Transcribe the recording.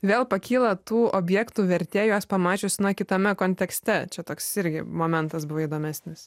vėl pakyla tų objektų vertė juos pamačius na kitame kontekste čia toks irgi momentas buvo įdomesnis